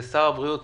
שר הבריאות